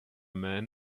man